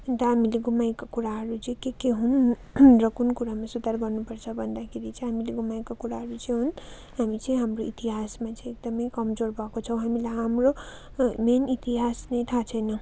अन्त हामीले गुमाएको कुरा चाहिँ के के हुन् र कुन कुरामा सुधार्नु पर्छ भन्दाखेरि चाहिँ हामीले गुमाएको कुराहरू चाहिँ हुन् हामी चाहिँ हाम्रो इतिहासमा चाहिँ एकदमै कमजोर भएको छौँ हामीले हाम्रो मेन इतिहास नै थाहा छैन